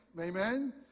amen